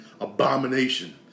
Abomination